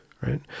right